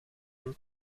een